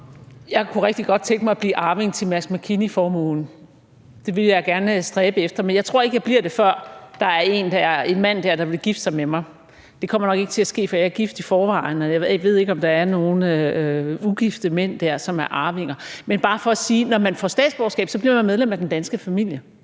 Jeg kunne rigtig godt tænke mig at blive arving til Mærsk Mc-Kinney-formuen. Det ville jeg gerne stræbe efter. Men jeg tror ikke, jeg bliver det, før der er en mand der, der vil gifte sig med mig. Det kommer nok ikke til at ske, for jeg er gift i forvejen, og jeg ved ikke, om der er nogle ugifte mænd dér, som er arvinger. Men det er bare for at sige, at når man får statsborgerskab, bliver man medlem af den danske familie.